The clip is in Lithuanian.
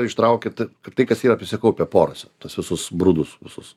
ištraukiat kad tai kas yra susikaupę porose tuos visus brudus visus